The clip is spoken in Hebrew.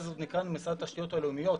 ואז עוד נקראנו משרד התשתיות הלאומיות,